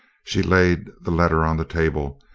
she laid the letter on the table,